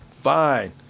Fine